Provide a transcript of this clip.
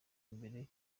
imbere